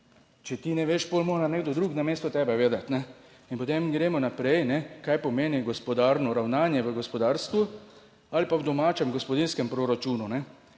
Če ti ne veš pol, mora nekdo drug namesto tebe vedeti, ne in potem gremo naprej, kaj pomeni gospodarno ravnanje v gospodarstvu ali pa v domačem gospodinjskem proračunu.